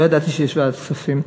לא ידעתי שיש ועדת כספים.